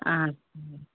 আচ্ছা